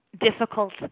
difficult